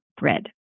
bread